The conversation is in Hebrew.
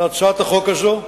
להצעת החוק הזאת.